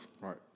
Right